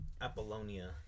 Apollonia